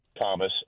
Thomas